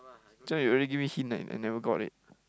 this one you already give me hint ah I never got it